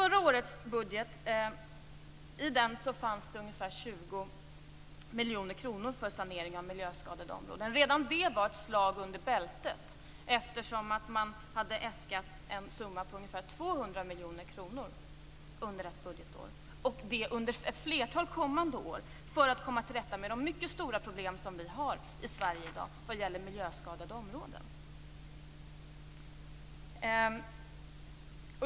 I förra årets budget fanns det ungefär 20 miljoner kronor för sanering av miljöskadade områden. Redan det var ett slag under bältet eftersom ungefär 200 miljoner kronor hade äskats per budgetår under ett flertal år; detta för att kunna komma till rätta med de mycket stora problem som vi i Sverige i dag har vad gäller miljöskadade områden.